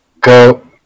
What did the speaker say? go